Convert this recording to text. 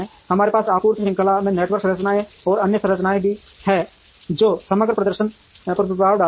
हमारे पास आपूर्ति श्रृंखला में नेटवर्क संरचनाएं और अन्य संरचनाएं हैं जो समग्र प्रदर्शन पर प्रभाव डालेंगी